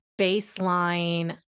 baseline